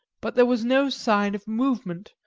but there was no sign of movement,